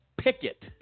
picket